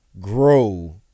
grow